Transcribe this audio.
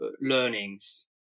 learnings